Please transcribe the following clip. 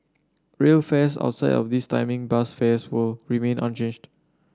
rail fares outside of this timing bus fares will remained unchanged